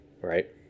right